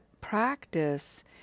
practice